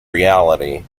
reality